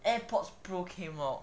airpods pro came out